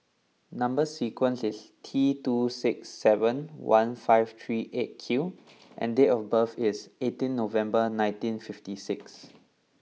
number sequence is T two six seven one five three eight Q and date of birth is eighteen November nineteen fifty six